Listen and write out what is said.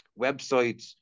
websites